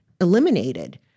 eliminated